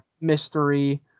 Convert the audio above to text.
mystery